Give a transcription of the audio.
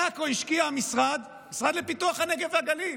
בעכו השקיע המשרד לפיתוח הנגב והגליל